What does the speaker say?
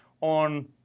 on